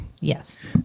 Yes